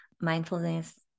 mindfulness